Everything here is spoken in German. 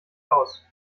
aus